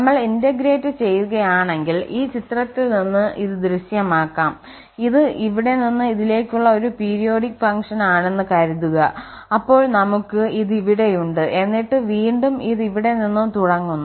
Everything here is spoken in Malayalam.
നമ്മൾ ഇന്റഗ്രേറ്റ് ചെയ്യുകയാണെങ്കിൽ ഈ ചിത്രത്തിൽ നിന്ന് ഇത് ദൃശ്യമാക്കാംഇത് ഇവിടെ നിന്ന് ഇതിലേക്കുള്ള ഒരു പീരിയോഡിക് ഫംഗ്ഷൻ ആണെന്ന് കരുതുക അപ്പോൾ നമുക്ക് ഇത് ഇവിടെയുണ്ട് എന്നിട്ട് വീണ്ടും ഇത് ഇവിടെ നിന്നും തുടങ്ങുന്നു